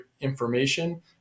information